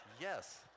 yes